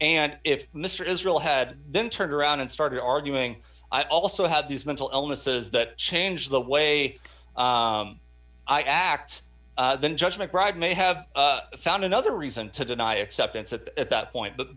and if mr israel had then turned around and started arguing i also had these mental illnesses that changed the way i act then judge mcbride may have found another reason to deny acceptance of at that point but